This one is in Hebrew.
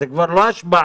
זה כבר לא השפעה,